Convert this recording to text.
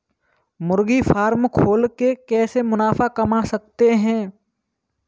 मुर्गी फार्म खोल के कैसे मुनाफा कमा सकते हैं?